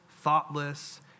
thoughtless